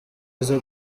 aza